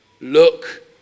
look